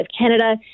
Canada